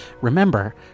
remember